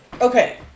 Okay